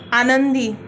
आनंदी